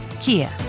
Kia